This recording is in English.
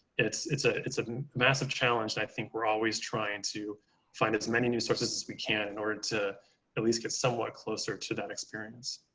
it's it's a it's a massive challenge and i think we're always trying to find as many news sources as we can in order to at least get somewhat closer to that experience.